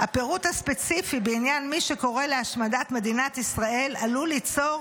הפירוט הספציפי בעניין מי שקורא להשמדת מדינת ישראל עלול ליצור